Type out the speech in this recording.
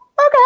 Okay